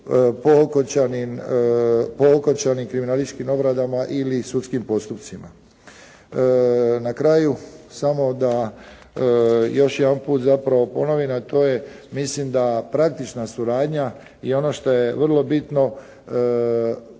po okončanim kriminalističkim obradama ili sudskim postupcima. Na kraju samo da još jedanput zapravo ponovim a to je mislim da praktična suradnja i ono što je vrlo bitno